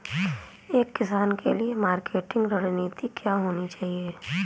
एक किसान के लिए मार्केटिंग रणनीति क्या होनी चाहिए?